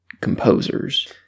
composers